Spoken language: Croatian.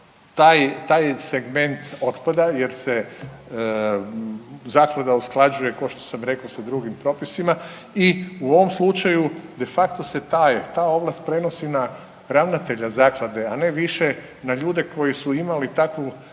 taj segment otpada jer se zaklada usklađuje kao što sam rekao sa drugim propisima i u ovom slučaju de facto se ta ovlast prenosi na ravnatelja zaklade, a ne više na ljude koji su imali takvu, takvu